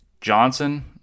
Johnson